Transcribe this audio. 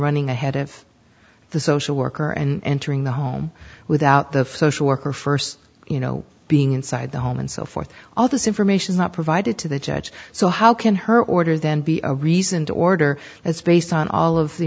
running ahead of the social worker and entering the home without the social worker first you know being inside the home and so forth all this information is not provided to the judge so how can her order then be a reason to order that's based on all of the